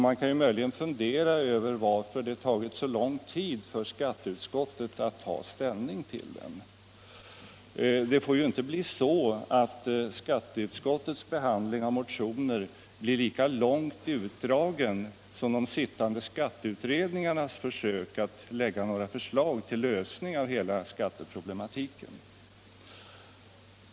Man kan möjligen fundera över varför det tagit så lång tid för skatteutskottet att ta ställning till den. Det får ju inte vara så, att skatteutskottets behandling av motioner blir lika långt utdragen som de sittande skatteutredningarnas försök att lägga förslag till lösningar av hela skatteproblematiken.